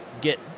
get